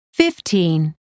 fifteen